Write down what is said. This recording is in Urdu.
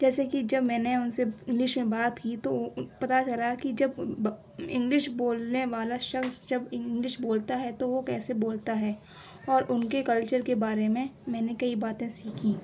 جیسے کہ جب میں نے اُن سے انگلش میں بات کی تو پتا چلا کہ جب انگلش بولنے والا شخص جب انگلش بولتا ہے تو وہ کیسے بولتا ہے اور اُن کے کلچر کے بارے میں میں نے کئی باتیں سیکھی